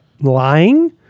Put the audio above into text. lying